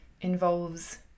involves